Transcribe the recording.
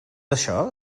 això